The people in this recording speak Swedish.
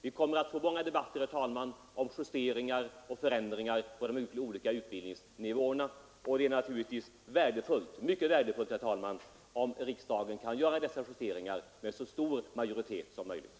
Vi kommer att få många debatter, herr talman, om justeringar och förändringar på de olika utbildningsnivåerna, och det är naturligtvis mycket värdefullt om riksdagen kan göra dessa justeringar med så stor majoritet som möjligt.